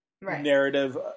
narrative